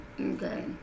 Okay